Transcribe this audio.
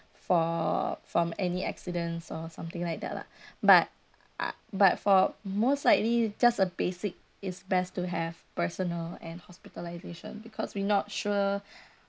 for from any accidents or something like that lah but but for most likely just a basic is best to have personal and hospitalisation because we not sure